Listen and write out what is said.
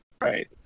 right